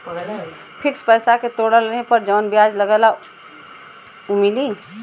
Fix पैसा के तोड़ला पर जवन ब्याज लगल बा उ मिली?